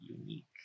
unique